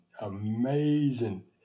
Amazing